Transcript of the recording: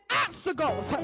obstacles